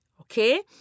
Okay